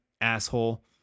asshole